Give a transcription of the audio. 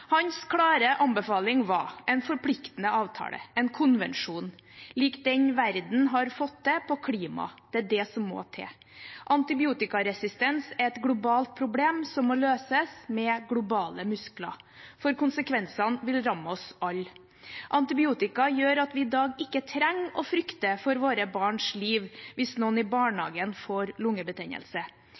Hans klare anbefaling var en forpliktende avtale, en konvensjon, lik den verden har fått til på klima. Det er det som må til. Antibiotikaresistens er et globalt problem som må løses med globale muskler, for konsekvensene vil ramme oss alle. Antibiotika gjør at vi i dag ikke trenger å frykte for våre barns liv hvis noen i barnehagen får